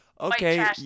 Okay